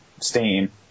Steam